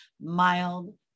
mild